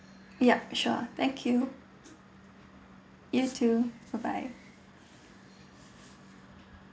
yup sure thank you you too bye bye